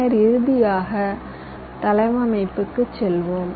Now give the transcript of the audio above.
பின்னர் இறுதியாக தளவமைப்புக்குச் செல்வோம்